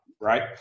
right